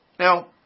Now